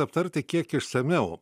aptarti kiek išsamiau